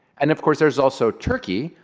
and of course, there's also turkey,